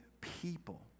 people